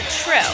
True